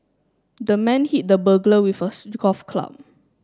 the man hit the burglar with a golf club